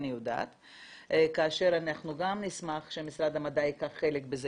אני יודעת, ואנחנו גם נשמח שמשרד המדע ייקח חלק בזה